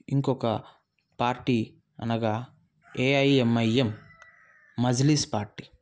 ఇంకొక పార్టీ అనగా AIMIM Majlis party